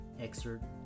excerpt